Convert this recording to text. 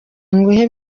nguhe